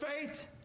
faith